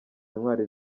intwari